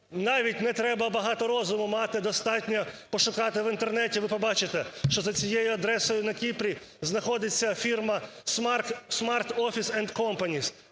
Навіть не треба багато розуму мати, достатньо пошукати в Інтернеті, і ви побачите, що за цією адресою на Кіпрі знаходиться фірма Smart Office & Companies.